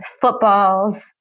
footballs